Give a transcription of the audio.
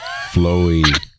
flowy